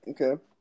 Okay